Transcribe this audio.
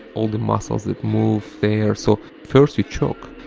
all the muscles that move the air so first you choke,